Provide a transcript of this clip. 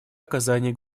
оказания